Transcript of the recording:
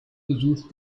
besuch